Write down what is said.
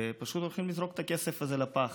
ופשוט הולכים לזרוק את הכסף הזה לפח,